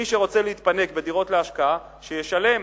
מי שרוצה להתפנק בדירות להשקעה, שישלם.